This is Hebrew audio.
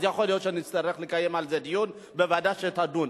אז יכול להיות שנצטרך לקיים על זה דיון בוועדה שתדון,